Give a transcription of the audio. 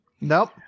Nope